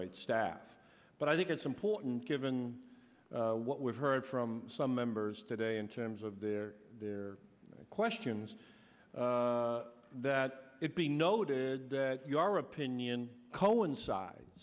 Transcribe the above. rate staff but i think it's important given what we've heard from some members today in terms of their there are questions that it be noted that your opinion coincides